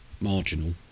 Marginal